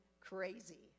crazy